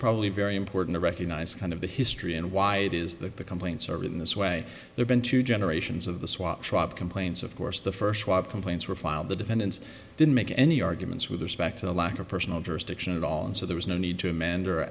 probably very important to recognize kind of the history and why it is that the complaints are in this way they've been two generations of the swap shop complaints of course the first walk complaints were filed the defendants didn't make any arguments with respect to the lack of personal jurisdiction at all and so there was no need to amend or